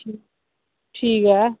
ठीक ऐ